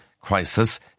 crisis